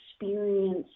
experience